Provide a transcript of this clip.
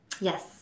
Yes